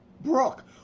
Brooke